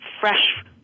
fresh